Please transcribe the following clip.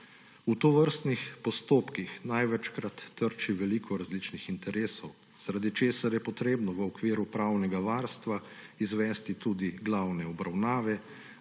V tovrstnih postopkih največkrat trči veliko različnih interesov, zaradi česar je potrebno v okviru pravnega varstva izvesti tudi glavne obravnave,